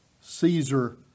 Caesar